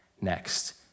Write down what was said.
next